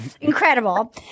incredible